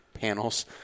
Panels